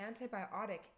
antibiotic